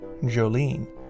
Jolene